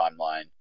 timeline